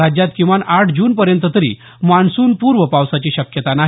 राज्यात किमान आठ जूनपर्यंत तरी मान्सून पूर्व पावसाची शक्यता नाही